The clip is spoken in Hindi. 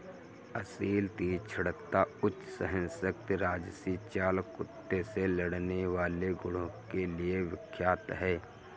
असील तीक्ष्णता, उच्च सहनशक्ति राजसी चाल कुत्ते से लड़ने वाले गुणों के लिए विख्यात है